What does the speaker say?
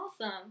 Awesome